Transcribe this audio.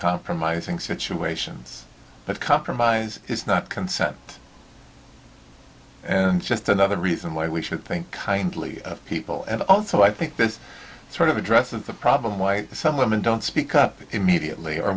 compromising situations but compromise is not consent and just another reason why we should think kindly of people and also i think this sort of address of the problem why some women don't speak up immediately or